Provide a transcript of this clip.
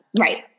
Right